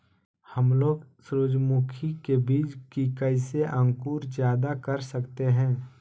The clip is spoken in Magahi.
हमलोग सूरजमुखी के बिज की कैसे अंकुर जायदा कर सकते हैं?